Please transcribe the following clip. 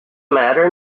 matter